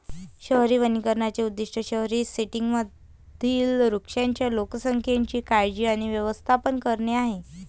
शहरी वनीकरणाचे उद्दीष्ट शहरी सेटिंग्जमधील वृक्षांच्या लोकसंख्येची काळजी आणि व्यवस्थापन करणे आहे